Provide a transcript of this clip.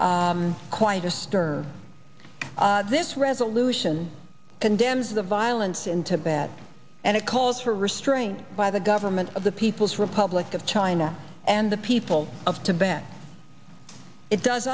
quite a stir this resolution condemns the violence in tibet and it calls for restraint by the government of the people's republic of china and the people of tibet it does